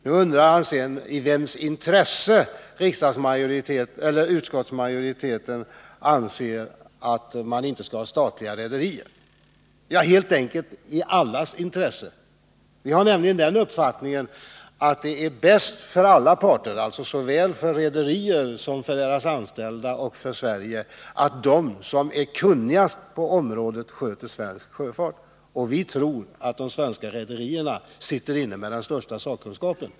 Alexander Chrisopoulos undrar vidare i vems intresse utskottsmajoriteten anser att man inte skall ha statliga rederier. Ja, helt enkelt i allas intresse! Vi har nämligen den uppfattningen att det är bäst för alla parter -- såväl för rederierna som för deras anställda och för Sverige — att de som är kunnigast på området sköter svensk sjöfart. Vi tror att de svenska rederierna sitter inne med den största kunskapen.